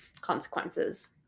consequences